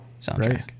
soundtrack